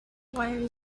why